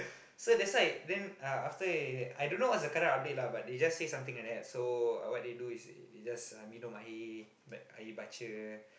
so that's why then uh after that I don't know what's the current update lah but they just say something like that so uh what they do is they just minum air like air baca